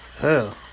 hell